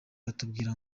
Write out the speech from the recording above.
batubwira